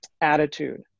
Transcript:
attitude